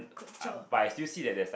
good job